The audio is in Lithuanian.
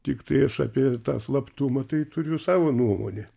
tiktai aš apie tą slaptumą tai turiu savo nuomonę